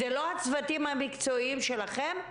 האם זה לא הצוותים המקצועיים שלכם?